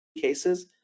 cases